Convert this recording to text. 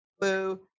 boo